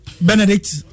Benedict